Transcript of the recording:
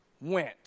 went